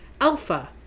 Alpha